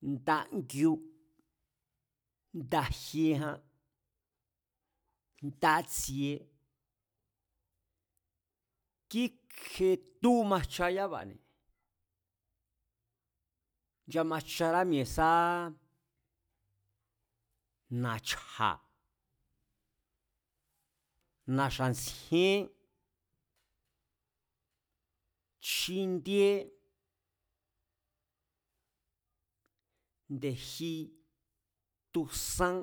Nda ngíó, nda jíéján, ndátsieé, kíkje̱ tú nchamajchará mi̱e̱ sá na̱chja̱, na̱xa ntsjíén, chjindíé, nde̱ji, tusán,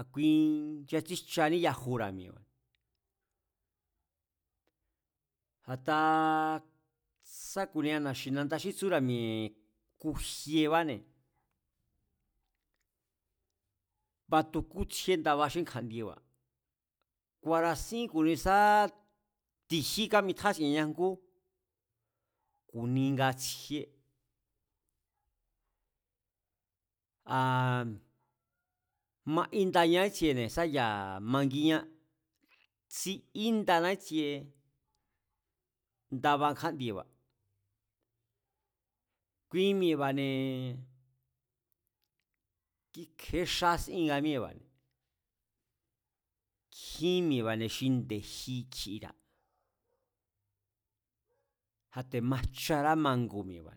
a̱ kui nchatsíjchaní yajura̱mi̱e̱, a̱ta sá ku̱ni na̱xi̱nanda xí tsúra̱ mi̱e kujieé, batu jkú tsjíendaba xí kui kja̱ndieba̱, ku̱a̱ra̱sín ku̱nisá ti̱jí kamitjasienña jngú, ku̱ni nga tsjíé, a̱ maindaña ítsiene̱ sá ya̱ magíñá, tsííndana ítsie ndaba kjándieba̱, kui mi̱e̱ba̱ne̱, íkje̱é xá sían míée̱ba̱ne̱, nkjín mi̱e̱ba̱ xi nde̱ji kjira̱, a̱ te̱ majchará mangu̱ mi̱e̱ba̱